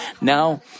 Now